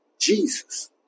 Jesus